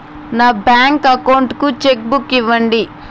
నా bank account కు cheque book ఇవ్వండి